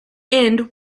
end